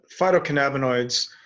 phytocannabinoids